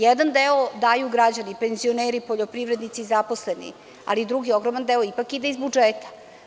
Jedan deo daju građani, penzioneri, poljoprivrednici, zaposleni, ali drugi, ogroman, deo ide iz budžeta.